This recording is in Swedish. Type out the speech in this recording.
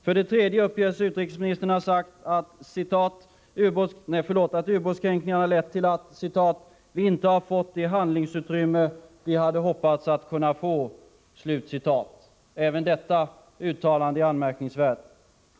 För det tredje uppges utrikesministern ha sagt att ubåtskränkningarna har lett till att ”vi inte har fått det handlingsutrymme vi hade hoppats att kunna få”. Även detta uttalande är anmärkningsvärt.